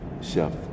chef –